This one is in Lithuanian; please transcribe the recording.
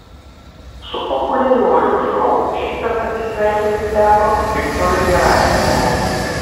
su populiariuoju šou šįkart atsisveikinti teko viktorui gerasimovui